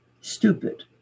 stupid